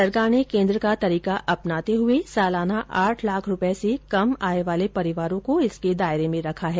सरकार ने केन्द्र का तरीका अपनाते हुए सालाना आठ लाख रूपये से कम आय वाले परिवारों को इसके दायरे में रखा है